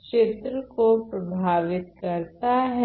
क्षेत्र को प्रभावित करता है